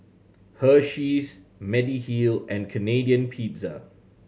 Hersheys Mediheal and Canadian Pizza